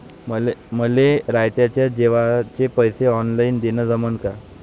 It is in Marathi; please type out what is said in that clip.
मले माये रातच्या जेवाचे पैसे ऑनलाईन देणं जमन का?